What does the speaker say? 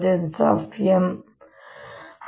M ಸಮಾನವಾಗಿರುತ್ತದೆ